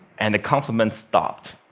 and the compliments stopped.